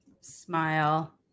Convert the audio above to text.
smile